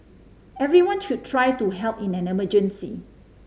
everyone should try to help in an emergency